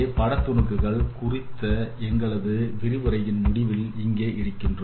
எனவே பட துணுக்குகள் குறித்த எங்களது விரிவுரையின் முடிவில் இங்கே இருக்கிறோம்